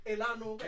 Elano